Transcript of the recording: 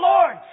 Lord